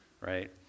right